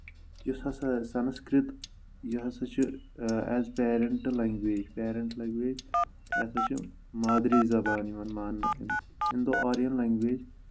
یُس ہسا سنسکرت یہِ ہَسا چھُ ایز پیرَنٹہٕ پیرَنٹہٕ لنٛگویج پیرَنٛٹہٕ لنٛگویج یہِ ہَسا چھُ مادری زبان یِوان ماننہٕ أمۍ اِندو آریَن لنٛگویج